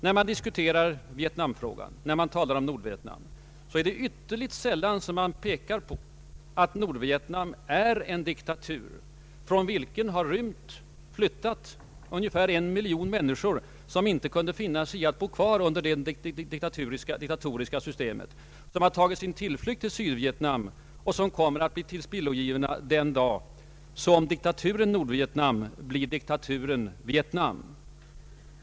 När man diskuterar Vietnamfrågan och när man talar om Nordvietnam, är det ytterligt sällan man pekar på att Nordvietnam är en diktatur från vilken har flytt ungefär en miljon människor som inte kunde finna sig i att bo kvar under det diktatoriska systemet och som har tagit sin tillflykt till Sydvietnam. Dessa människor kommer att bli tillspillogivna den dag diktatu ren Nordvietnam blir diktaturen Vietnam.